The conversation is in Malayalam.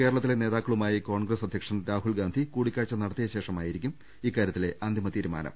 കേര ളത്തിലെ നേതാക്കളുമായി കോൺഗ്രസ് അധ്യക്ഷൻ രാഹുൽ ഗാന്ധി കൂടിക്കാഴ്ച നടത്തിയ ശേഷമായിരിക്കും ഇക്കാര്യത്തിലെ അന്തിമ തീരുമാനം